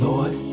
Lord